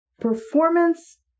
performance